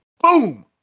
boom